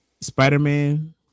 Spider-Man